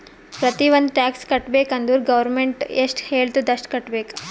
ಪ್ರತಿ ಒಂದ್ ಟ್ಯಾಕ್ಸ್ ಕಟ್ಟಬೇಕ್ ಅಂದುರ್ ಗೌರ್ಮೆಂಟ್ ಎಷ್ಟ ಹೆಳ್ತುದ್ ಅಷ್ಟು ಕಟ್ಟಬೇಕ್